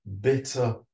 bitter